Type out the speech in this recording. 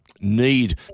need